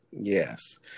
Yes